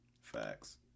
Facts